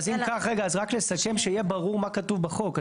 אז אם כך, אז רק לסכם שיהיה ברור מה כתוב בחוק.